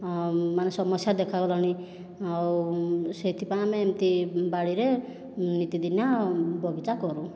ଆଉ ମାନେ ସମସ୍ୟା ଦେଖା ଗଲାଣି ଆଉ ସେହିଥିପାଇଁ ଆମେ ଏମିତି ବାଡ଼ିରେ ନିତିଦିନିଆ ବଗିଚା କରୁ